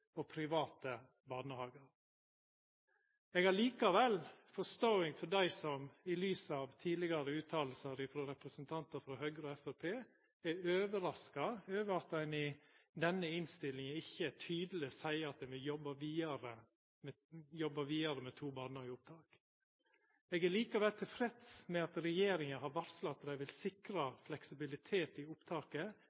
og private barnehagar. Eg har likevel forståing for dei som i lys av tidlegare utsegner frå representantar frå Høgre og Framstegspartiet er overraska over at ein i denne innstillinga ikkje tydeleg seier at ein vil jobba vidare med to barnehageopptak. Eg er likevel tilfreds med at regjeringa har varsla at dei vil sikra